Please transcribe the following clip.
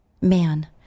Man